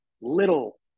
little